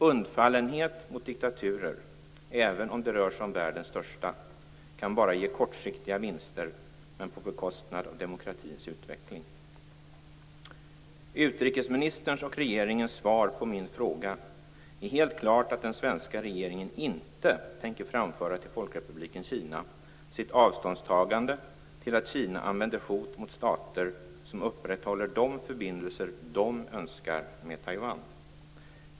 Undfallenhet mot diktaturer - även om det rör sig om världens största diktatur - kan bara ge kortsiktiga vinster, men på bekostnad av demokratins utveckling. Utrikesministerns, och regeringens, svar på min fråga är helt klart att den svenska regeringen inte tänker framföra till Folkrepubliken sitt avståndstagande till att Kina använder hot mot stater som upprätthåller de förbindelser som de önskar med Taiwan.